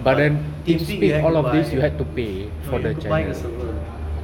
but team speak you had to buy you had to buy the server